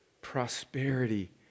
prosperity